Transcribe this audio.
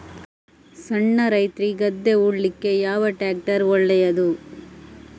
ಸಣ್ಣ ರೈತ್ರಿಗೆ ಗದ್ದೆ ಉಳ್ಳಿಕೆ ಯಾವ ಟ್ರ್ಯಾಕ್ಟರ್ ಒಳ್ಳೆದು?